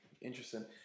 interesting